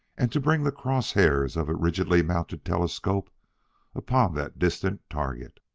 and to bring the cross-hairs of a rigidly mounted telescope upon that distant target.